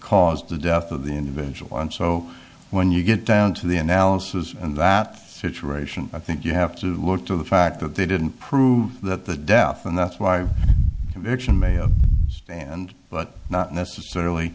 caused the death of the individual and so when you get down to the analysis of that situation i think you have to look to the fact that they didn't prove that the death and that's why we have action and but not necessarily